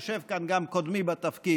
ויושב כאן גם קודמי בתפקיד,